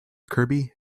kirby